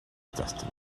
destiny